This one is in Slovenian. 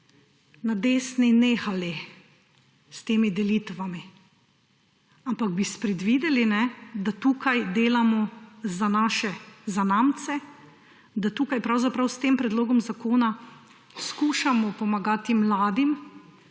na desni nehali s temi delitvami, ampak bi sprevideli, da tukaj delamo za naše zanamce, da tukaj pravzaprav s tem predlogom zakona skušamo pomagati mladim,